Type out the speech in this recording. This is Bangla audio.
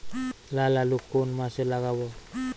লাল আলু কোন মাসে লাগাব?